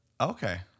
Okay